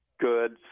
good